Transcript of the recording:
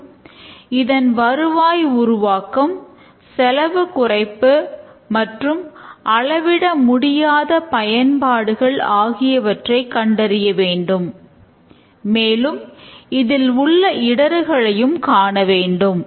மற்றும் இதன் வருவாய் உருவாக்கம் செலவு குறைப்பு மற்றும் அளவிடமுடியாத பயன்பாடுகள் ஆகியவற்றை கண்டறிய வேண்டும் மேலும் இதில் உள்ள இடர்களையும் காணவேண்டும்